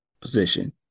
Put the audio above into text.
position